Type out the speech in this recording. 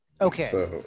Okay